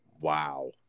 Wow